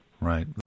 Right